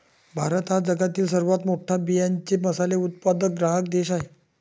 भारत हा जगातील सर्वात मोठा बियांचे मसाले उत्पादक ग्राहक देश आहे